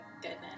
goodness